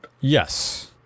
Yes